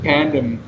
Pandem